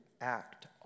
act